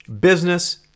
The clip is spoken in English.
business